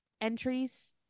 entries